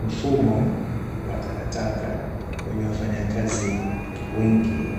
Mfumonwa takataka wenye wafanyakazi wengi